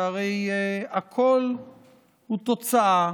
שהרי הכול הוא תוצאה